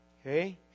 Okay